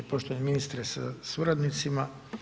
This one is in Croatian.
Poštovani ministre sa suradnicima.